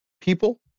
people